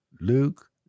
Luke